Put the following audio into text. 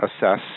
assess